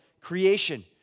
creation